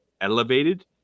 elevated